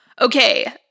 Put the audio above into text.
Okay